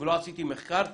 ולא עשיתי מחקר,